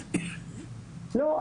לא,